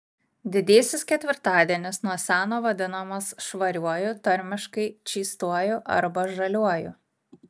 didysis ketvirtadienis nuo seno vadinamas švariuoju tarmiškai čystuoju arba žaliuoju